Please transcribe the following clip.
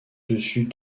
dessus